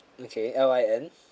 okay L I N